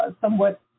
somewhat